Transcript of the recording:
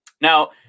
now